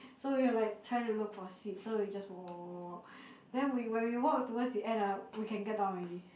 so we were like trying to look for seat so we just walk walk walk walk walk then we when we walk towards the end ah we can get down already